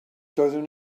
doeddwn